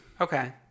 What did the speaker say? Okay